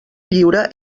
lliure